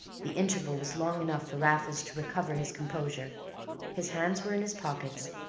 the interval was long enough for raffles to recover his composure his hands were in his pockets,